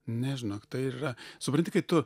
ne žinok tai ir yra supranti kai tu